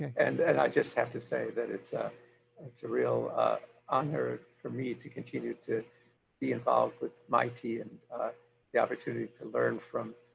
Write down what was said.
and and i just have to say that it's ah it's a real honor for me to continue to involved with mitei and the opportunity to learn from